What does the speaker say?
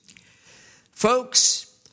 Folks